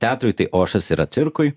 teatrui tai ošas yra cirkui